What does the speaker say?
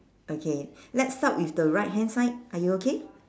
okay let's start with the right hand side are you okay